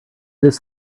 this